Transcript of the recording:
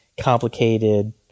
complicated